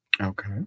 Okay